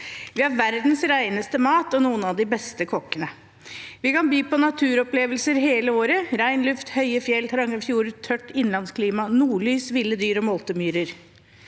Vi har verdens reneste mat og noen av de beste kokkene. Vi kan by på naturopplevelser hele året, ren luft, høye fjell, trange fjorder, tørt innlandsklima, nordlys, ville dyr og multemyrer.